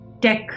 tech